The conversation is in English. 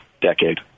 decade